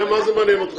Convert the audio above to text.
זה, מה זה מעניין אותך.